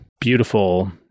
beautiful